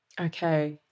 Okay